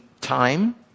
time